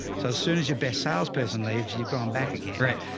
so as soon as your best sales person leaves, you've gone back again. right?